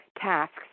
tasks